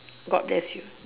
God bless you